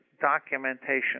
documentation